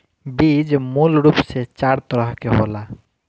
बीज मूल रूप से चार तरह के होला